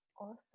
Awesome